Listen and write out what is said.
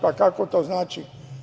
Pa, kako to znači?